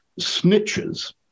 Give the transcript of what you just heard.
snitches